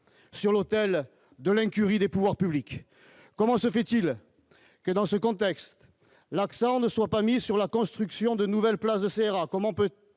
sur l'autel de l'incurie des pouvoirs publics, comment se fait-il que dans ce contexte, l'accent ne soit pas mis sur la construction de nouvelles places de Serra, comment on peut